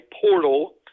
portal